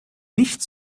nicht